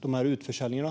de utförsäljningarna?